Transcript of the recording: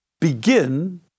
begin